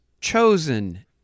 chosen